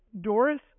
Doris